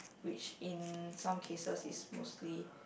which in some cases is mostly